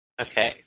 Okay